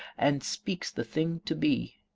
and speaks the thing to be.